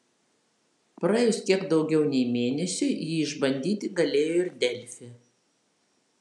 praėjus kiek daugiau nei mėnesiui jį išbandyti galėjo ir delfi